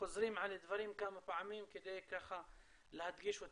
חוזרים על הדברים כמה פעמים כדי ככה להדגיש אותם.